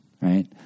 right